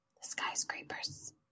skyscrapers